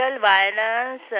violence